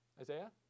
Isaiah